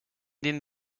den